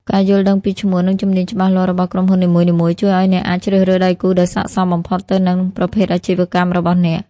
ការយល់ដឹងពីឈ្មោះ និងជំនាញច្បាស់លាស់របស់ក្រុមហ៊ុននីមួយៗ ជួយឱ្យអ្នកអាចជ្រើសរើសដៃគូដែលស័ក្តិសមបំផុតទៅនឹងប្រភេទអាជីវកម្មរបស់អ្នក។